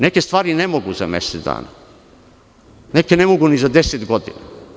Neke stvari ne mogu za mesec dana, neke ne mogu ni za deset godina.